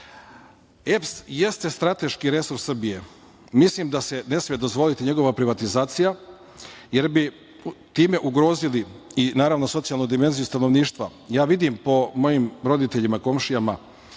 jeste strateški resurs Srbije. Mislim da se ne sme dozvoliti njegova privatizacija, jer bi time ugrozili socijalnu dimenziju stanovništva. Ja vidim po mojim roditeljima, komšijama,